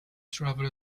travel